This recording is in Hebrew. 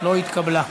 לא התקבלה.